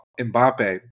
Mbappe